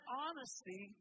honesty